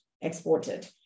exported